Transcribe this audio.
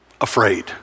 Afraid